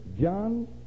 John